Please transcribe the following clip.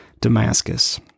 Damascus